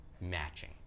matching